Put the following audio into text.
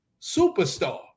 superstar